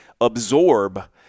absorb